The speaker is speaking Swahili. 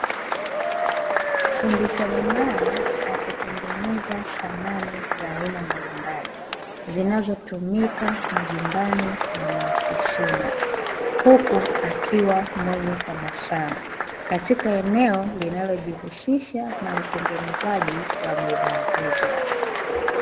Fundi seremala akitengeneza samani za aina mbalimbali zinazotumika majumbani na maofisini, huku akiwa mwenye tabasamu katika eneo linalojihusisha na utengenezaji wa bidhaa hizo.